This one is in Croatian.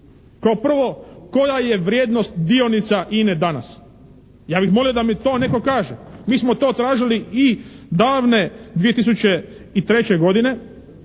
Kao prvo, koja je vrijednost dionica INA-e danas? Ja bih molio da mi to netko kaže. Mi smo to tražili i davne 2003. godine,